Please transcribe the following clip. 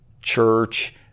church